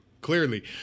clearly